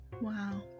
Wow